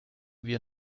wir